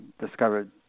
discovered